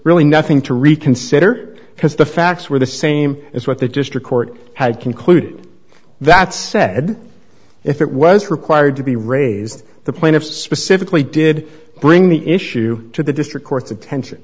really nothing to reconsider because the facts were the same as what the district court had concluded that said if it was required to be raised the plaintiff specifically did bring the issue to the district court's attention